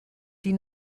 die